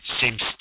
seems